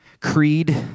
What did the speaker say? creed